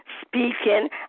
speaking